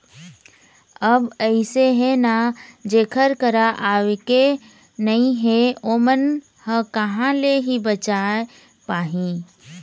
अब अइसे हे ना जेखर करा आवके नइ हे ओमन ह कहाँ ले ही बचाय पाही